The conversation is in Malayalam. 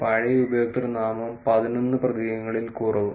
പഴയ ഉപയോക്തൃനാമം പതിനൊന്ന് പ്രതീകങ്ങളിൽ കുറവ്